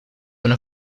una